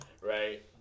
right